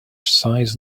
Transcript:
size